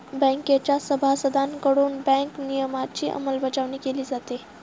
बँकेच्या सभासदांकडून बँक नियमनाची अंमलबजावणी केली जाते